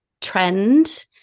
trend